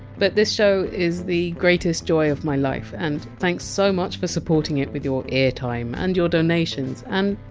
but this show is the greatest joy of my life and thanks so much for supporting it with your ear time and your donations and,